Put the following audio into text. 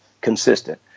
consistent